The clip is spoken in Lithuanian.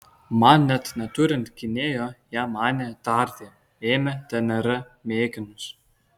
man net neturint gynėjo jie mane tardė ėmė dnr mėginius